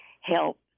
help